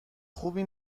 خوبی